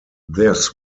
this